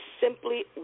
simply